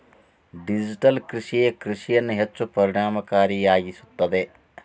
digital ಕೃಷಿಯೇ ಕೃಷಿಯನ್ನು ಹೆಚ್ಚು ಪರಿಣಾಮಕಾರಿಯಾಗಿಸುತ್ತದೆ